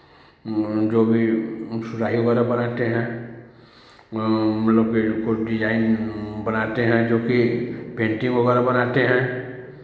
जो भी सुराही वगैरह बनाते हैं मतलब कि कोई डिज़ाइन बनाते हैं जो कि पेंटिंग वगैरह बनाते हैं